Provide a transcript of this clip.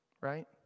Right